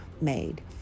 made